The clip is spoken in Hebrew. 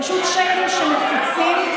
פשוט שקר שמפיצים,